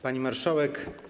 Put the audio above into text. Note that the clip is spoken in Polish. Pani Marszałek!